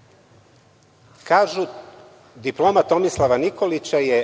- diploma Tomislava Nikolića je